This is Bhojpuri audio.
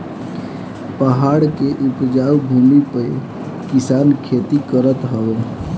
पहाड़ के उपजाऊ भूमि पे किसान खेती करत हवे